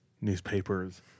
newspapers